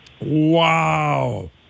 Wow